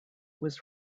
was